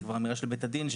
זה אמירה של בית הדין,